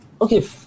Okay